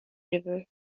river